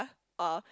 or